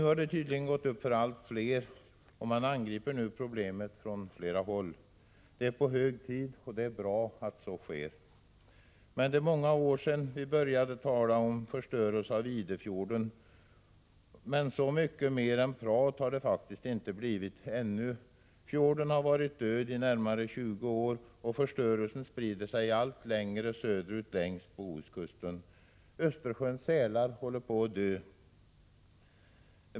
Nu har tydligen allt fler insett detta, och man angriper problemen från flera håll. Det är hög tid, och det är bra att så sker. Det är många år sedan vi började tala om förstörelse av Idefjorden. Men så mycket mer har det faktiskt ännu inte blivit. Fjorden har varit död i närmare 20 år, och förstörelsen sprider sig allt längre söderut längs Bohuskusten. Östersjöns sälar håller på att dö.